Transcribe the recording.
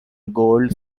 gold